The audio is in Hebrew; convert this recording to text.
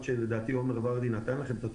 לדעתי התשובה של עומר ורדי הינה מספקת,